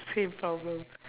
same problem